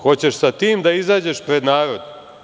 Hoćeš sa tim da izađeš pred narod?